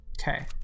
Okay